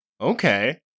Okay